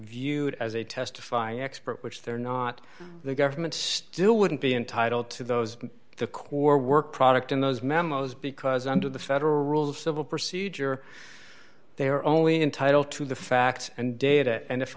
viewed as a testifying expert which they're not the government still wouldn't be entitled to those the core work product in those memos because under the federal rules civil procedure they are only entitled to the facts and data and if